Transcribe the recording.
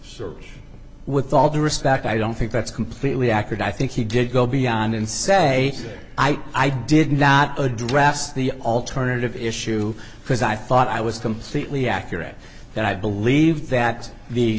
story with all due respect i don't think that's completely accurate i think he did go beyond and say i did not address the alternative issue because i thought i was completely accurate and i believe that the